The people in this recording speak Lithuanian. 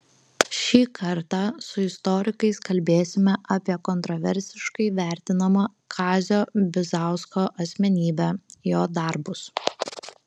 šį kartą su istorikais kalbėsime apie kontraversiškai vertinamą kazio bizausko asmenybę jo darbus